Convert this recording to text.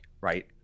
right